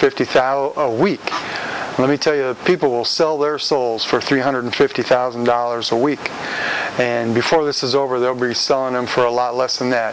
fifty thousand a week let me tell you people will sell their souls for three hundred fifty thousand dollars a week and before this is over there reselling them for a lot less than that